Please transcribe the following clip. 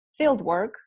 fieldwork